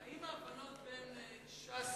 סגן השר, האם ההבנות בין ש"ס